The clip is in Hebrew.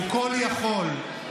הוא כול-יכול.